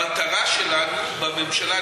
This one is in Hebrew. המטרה שלנו בממשלה,